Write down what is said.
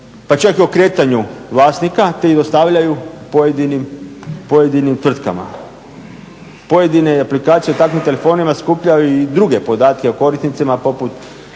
pa čak i o kretanju vlasnika te je dostavljaju pojedinim tvrtkama. Pojedine aplikacije u takvim telefonima skupljaju i druge podatke o korisnicima poput